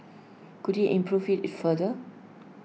could he improve IT further